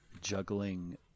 juggling